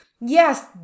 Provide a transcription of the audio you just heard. Yes